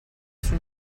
sul